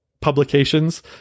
publications